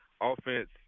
offense